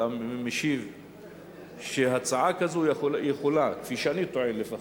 אתה משיב שהצעה כזאת יכולה, כפי שאני טוען לפחות,